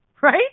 right